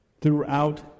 throughout